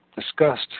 discussed